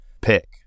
pick